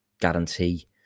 guarantee